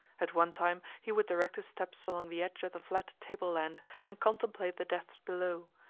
at one time he would direct his steps along the edge of the flat tableland, and contemplate the depths below,